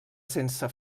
sense